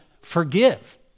forgive